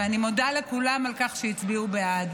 ואני מודה לכולם על כך שהצביעו בעד.